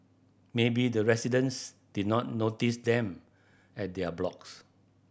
maybe the residents did not notice them at their blocks